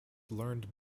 learned